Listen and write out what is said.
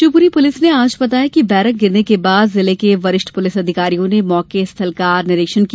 Shivpuri police ने आज बताया कि बैरक गिरने के बाद जिले के वरिष्ठ पुलिस अधिकारियों ने मौके स्थल का निरीक्षण किया